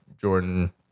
Jordan